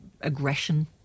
aggression